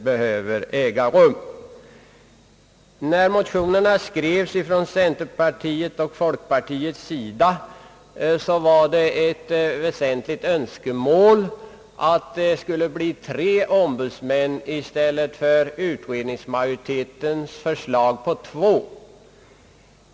I folkpartiets och centerpartiets motioner föreslog man tre ombudsmän i stället för två.